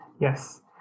Yes